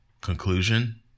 conclusion